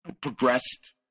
progressed